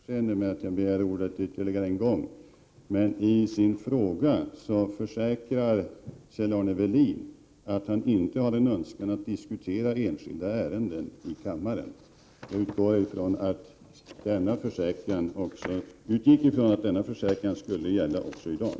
Herr talman! Jag ber kammaren om överseende för att jag begär ordet ytterligare en gång. I sin fråga försäkrade Kjell-Arne Welin att han inte har en önskan att diskutera enskilda ärenden i kammaren. Jag utgick ifrån att denna försäkran skulle gälla också i dag.